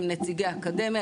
עם נציגי אקדמיה,